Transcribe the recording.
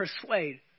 persuade